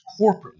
corporately